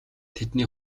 тэдний